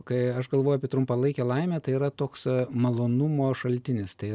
kai aš galvoju apie trumpalaikę laimę tai yra toks malonumo šaltinis tai